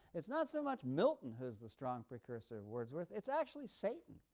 it's not so much milton who is the strong precursor of wordsworth. it's actually satan,